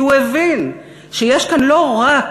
כי הוא הבין שיש כאן לא רק